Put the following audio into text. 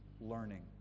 learning